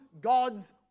God's